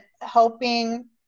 helping